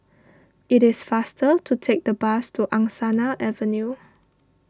it is faster to take the bus to Angsana Avenue